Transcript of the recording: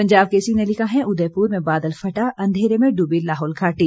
पंजाब केसरी ने लिखा है उदयपुर में बादल फटा अंधेरे में डूबी लाहौल घाटी